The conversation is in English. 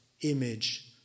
image